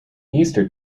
easter